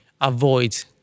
avoid